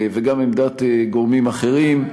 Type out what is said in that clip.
וגם עמדת גורמים אחרים,